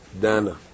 Dana